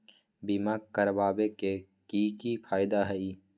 बीमा करबाबे के कि कि फायदा हई?